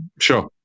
Sure